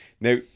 Now